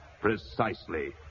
Precisely